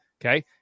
Okay